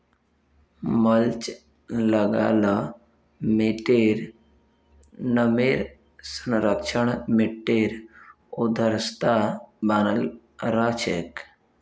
mulch लगा ल मिट्टीर नमीर संरक्षण, मिट्टीर उर्वरता बनाल रह छेक